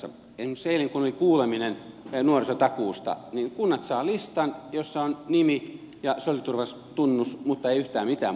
esimerkiksi kun eilen oli kuuleminen nuorisotakuusta kunnat saavat listan jossa on nimi ja sosiaaliturvatunnus mutta ei yhtään mitään muita tietoja